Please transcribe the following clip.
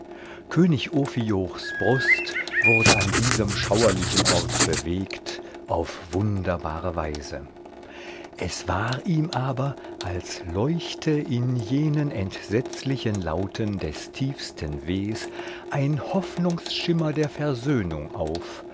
könig ophiochs brust wurde an diesem schauerlichen ort bewegt auf wunderbare weise es war ihm aber als leuchte in jenen entsetzlichen lauten des tiefsten wehs ein hoffnungsschimmer der versöhnung auf